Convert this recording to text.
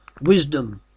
Wisdom